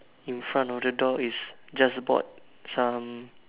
in front of the door is just bought some